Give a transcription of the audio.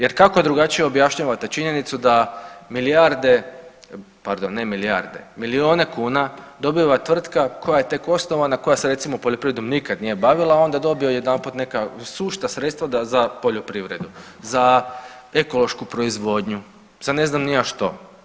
Jer kako drugačije objašnjavate činjenicu da milijarde, pardon ne milijarde, milione kuna dobiva tvrtka koja je tek osnovana koja se recimo poljoprivrednom nikada nije bavila, onda dobije jedanput neka sušta sredstva da za poljoprivredu, za ekološku proizvodnju, za ne znam ni ja što.